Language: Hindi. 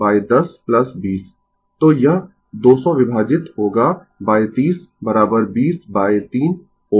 तो यह 200 विभाजित होगा 30 203 Ω